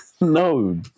No